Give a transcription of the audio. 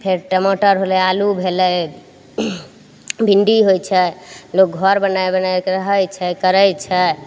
फेर टमाटर होलय आलू भेलय भिन्डी होइ छै लोग घर बना बना कऽ रहय छै करय छै